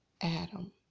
Adam